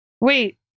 Wait